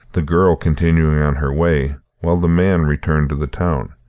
the girl continuing on her way, while the man returned to the town.